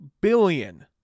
billion